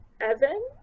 Evan